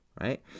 right